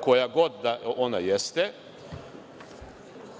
koja god da ona jeste. Moj